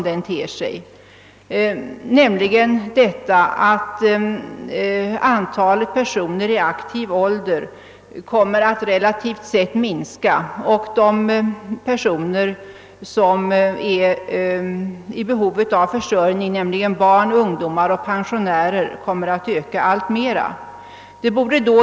Antalet personer i aktiv ålder kommer att minska, relativt sett, och de som är i behov av försörjning — alltså barn, ungdomar och pensionärer — kommer att öka alltmera.